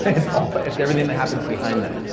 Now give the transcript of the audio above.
it's all it's everything that happens behind that.